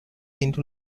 into